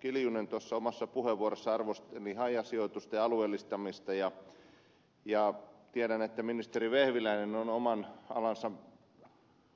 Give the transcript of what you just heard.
kiljunen tuossa omassa puheenvuorossaan arvosteli hajasijoitusta ja alueellistamista ja tiedän että ministeri vehviläinen on oman alansa